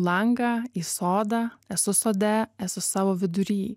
langą į sodą esu sode esu savo vidury